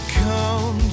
come